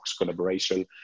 collaboration